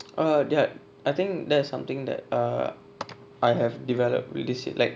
uh ya I think that's something that err I have developed like